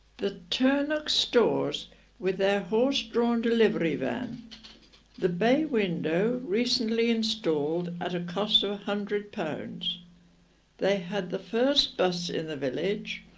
the turnocks' stores with their horse-drawn delivery van the bay window recently installed at a cost of one hundred pounds they had the first bus in the village,